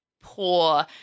poor